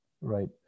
right